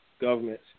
governments